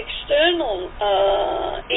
external